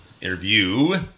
Interview